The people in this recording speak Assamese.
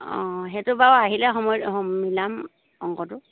অঁ সেইটো বাৰু আহিলে সময় মিলাম অংকটো